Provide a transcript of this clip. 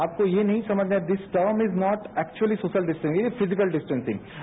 आपको ये नहीं समझना है this term is not actually social distancing ये फिजिकल डिस्टेंसिंग है